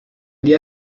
día